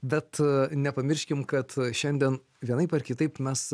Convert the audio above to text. bet nepamirškim kad šiandien vienaip ar kitaip mes